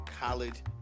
college